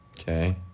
Okay